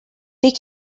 they